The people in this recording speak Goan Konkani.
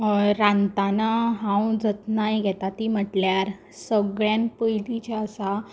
रांदतना हांव जतनाय घेतां ती म्हटल्यार सगळ्यांत पयलीं जें आसा